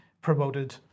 promoted